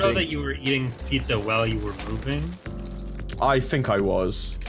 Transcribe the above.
so that you were eating pizza while you were looping i think i was